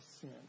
sin